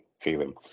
feeling